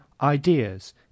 ideas